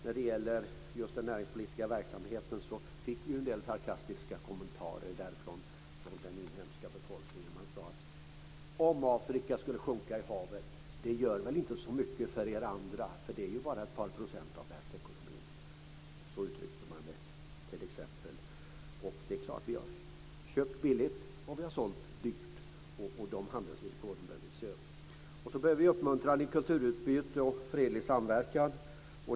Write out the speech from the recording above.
När det gäller just den näringspolitiska verksamheten fick vi en del sarkastiska kommentarer från den inhemska befolkningen. Man sade: Om Afrika skulle sjunka i havet skulle det väl inte göra så mycket för er andra, för det är ju bara ett par procent av världsekonomin! Så uttryckte man det t.ex. Och det är klart - vi har köpt billigt och vi har sålt dyrt. De handelsvillkoren bör vi se över. Vi bör också uppmuntra kulturutbyte och fredlig samverkan.